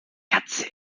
katze